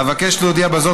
עד שהוא מגיע לכאן זו